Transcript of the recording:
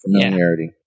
familiarity